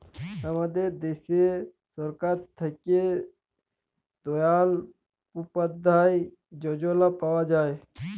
আমাদের দ্যাশে সরকার থ্যাকে দয়াল উপাদ্ধায় যজলা পাওয়া যায়